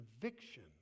conviction